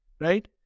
right